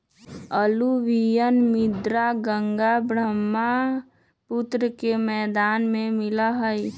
alluvial मृदा गंगा बर्ह्म्पुत्र के मैदान में मिला हई